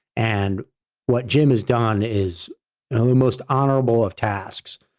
and what jim has done is the most honorable of tasks,